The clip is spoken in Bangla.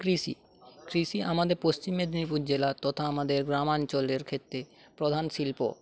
কৃষি কৃষি আমাদের পশ্চিম মেদিনীপুর জেলা তথা আমাদের গ্রামাঞ্চলের ক্ষেত্রে প্রধান শিল্প